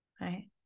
right